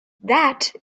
that